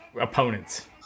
opponents